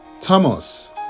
Thomas